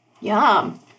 Yum